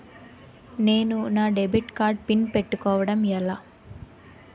నేను నా debit card pin పెట్టుకోవడం ఎలా?